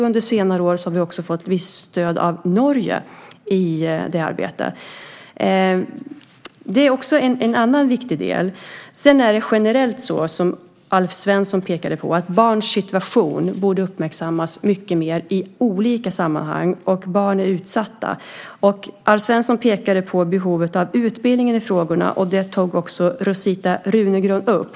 Under senare år har vi också fått visst stöd av Norge i det arbetet. Generellt är det så, som Alf Svensson pekade på, att barns situation borde uppmärksammas mycket mer i olika sammanhang. Barn är utsatta. Alf Svensson pekade på behovet av utbildning i frågorna. Det tog också Rosita Runegrund upp.